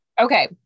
Okay